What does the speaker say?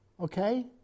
Okay